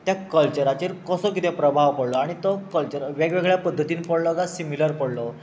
त्या कल्चराचेर कसो कितें प्रभाव पडलो आनी तो कल्चरल वेगळे वगळे पद्दतीन पडलो काय सिमीलर पडलो